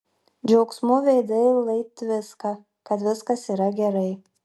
džiaugsmu veidai lai tviska kad viskas yra gerai